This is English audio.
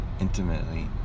intimately